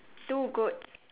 two goat